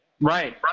Right